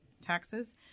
taxes